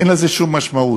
אין לזה שום משמעות.